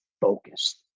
focused